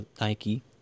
Nike